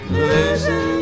losing